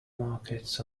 markets